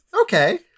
Okay